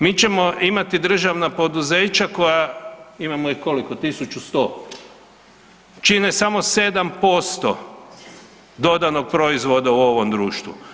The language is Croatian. Mi ćemo imati državna poduzeća koja, imamo ih koliko tisuću 100, čine samo 7% dodanog proizvoda u ovom društvu.